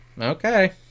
Okay